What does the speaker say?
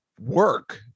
work